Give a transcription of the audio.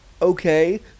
Okay